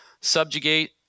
subjugate